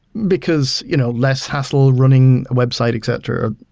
because you know less hassle running website, et cetera.